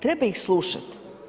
Treba ih slušati.